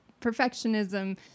perfectionism